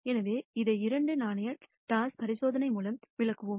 எனவே இதை இரண்டு நாணயம் டாஸ் பரிசோதனை மூலம் விளக்குவோம்